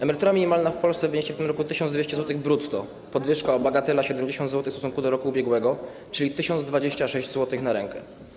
Emerytura minimalna w Polsce wyniesie w tym roku 1200 zł brutto, po podwyżce o, bagatela, 70 zł w stosunku do roku ubiegłego, czyli 1026 zł na rękę.